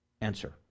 answer